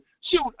Shoot